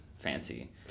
Fancy